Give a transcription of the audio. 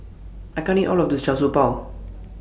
I can't eat All of This Char Siew Bao